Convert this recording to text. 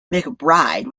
mcbride